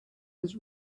was